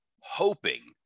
hoping